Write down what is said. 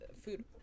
food